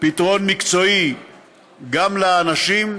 פתרון מקצועי גם לאנשים,